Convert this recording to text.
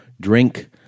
drink